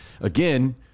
again